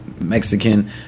Mexican